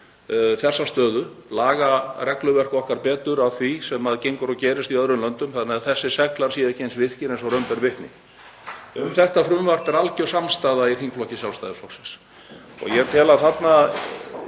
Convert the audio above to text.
þessa stöðu, laga regluverk okkar betur að því sem gengur og gerist í öðrum löndum þannig að þessir seglar séu ekki eins virkir og raun ber vitni. Um þetta frumvarp er algjör samstaða í þingflokki Sjálfstæðisflokksins og ég tel að þarna